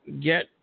get